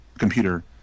computer